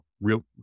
real